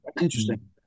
interesting